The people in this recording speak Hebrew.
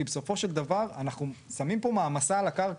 בסופו של דבר אנחנו שמים פה מעמסה על הקרקע.